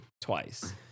twice